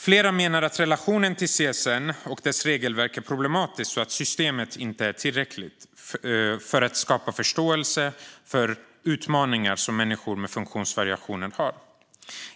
Flera menar att relationen till CSN och dess regelverk är problematiskt och att systemet inte visar tillräcklig förståelse för de utmaningar som människor med funktionsvariationer har.